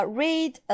read